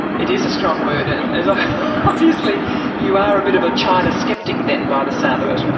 it is a strong word, and and obviously you are a bit of a china sceptic, then, by the sound of it.